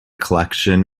collection